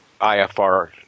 IFR